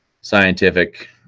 scientific